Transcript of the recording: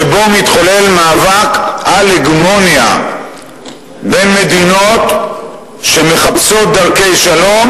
שבו מתחולל מאבק על הגמוניה בין מדינות שמחפשות דרכי שלום